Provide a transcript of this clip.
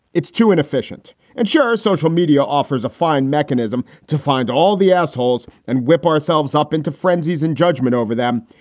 it's too inefficient. and sure, social media offers a fine mechanism to find all the assholes and whip ourselves up into frenzies in judgment over them.